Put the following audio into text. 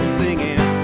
singing